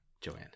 joanne